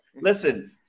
Listen